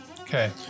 Okay